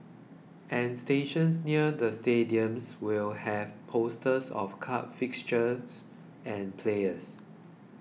and stations near the stadiums will have posters of club fixtures and players